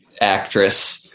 actress